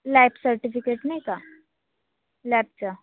lab certificate नाही का लॅबचं